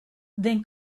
than